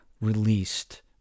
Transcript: released